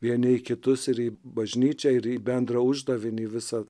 vieni į kitus ir į bažnyčią ir į bendrą uždavinį visą